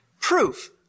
Proof